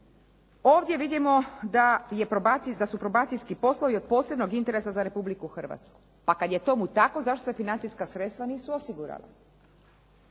Ovdje vidimo da su probacijski poslovi od posebnog interesa za Republiku Hrvatsku. Pa kad je tomu tamo zašto se financijska sredstva nisu osigurala.